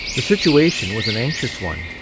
the situation was an anxious one,